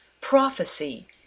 prophecy